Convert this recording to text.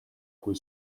kui